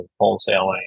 wholesaling